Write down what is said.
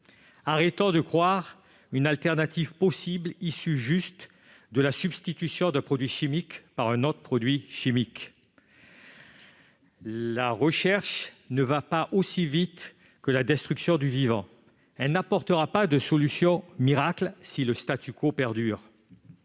Arrêtons de croire possible une alternative issue de la substitution d'un produit chimique par un autre produit chimique. La recherche ne va pas aussi vite que la destruction du vivant ; elle n'apportera pas de solution miracle si le perdure.